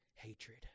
Hatred